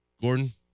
Gordon